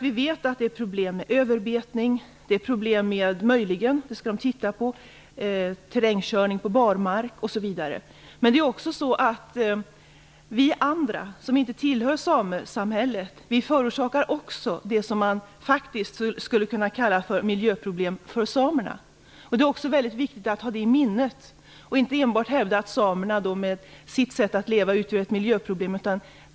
Vi vet att det är problem med överbetning och möjligen med terrängkörning på barmark osv. Men vi andra som inte tillhör samesamhället förorsakar också det som man skulle kunna kalla miljöproblem för samerna. Det är väldigt viktigt att ha detta i minnet och inte enbart hävda att samerna med sitt sätt att leva utgör ett miljöproblem.